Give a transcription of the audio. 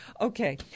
Okay